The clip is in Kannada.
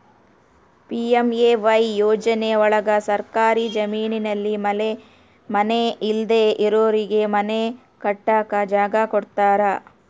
ಪಿ.ಎಂ.ಎ.ವೈ ಯೋಜನೆ ಒಳಗ ಸರ್ಕಾರಿ ಜಮೀನಲ್ಲಿ ಮನೆ ಇಲ್ದೆ ಇರೋರಿಗೆ ಮನೆ ಕಟ್ಟಕ್ ಜಾಗ ಕೊಡ್ತಾರ